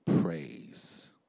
praise